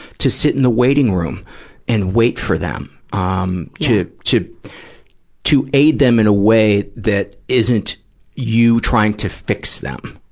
to sit in the waiting room and wait for them. ah um to to aid them in a way that isn't you trying to fix them.